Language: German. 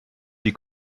die